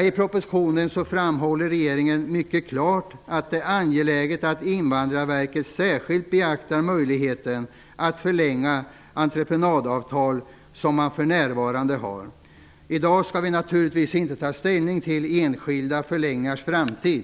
I propositionen framhåller regeringen mycket klart att det är angeläget att Invandrarverket särskilt beaktar möjligheten att förlänga entreprenadavtal som man för närvarande har. I dag skall vi naturligtvis inte ta ställning till enskilda förläggningars framtid.